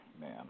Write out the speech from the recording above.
man